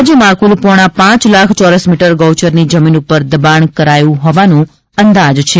રાજ્યમાં કુલ પોણા પાંચ લાખ ચોરસમીટર ગૌચરની જમીન પર દબાણ કરાયું હોવાનું અંદાજ છે